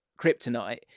kryptonite